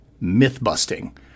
myth-busting